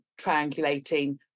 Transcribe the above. triangulating